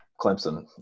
clemson